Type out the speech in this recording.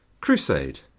crusade